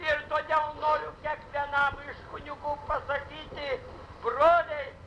ir todėl noriu kiekvienam kunigų pasakyti broliai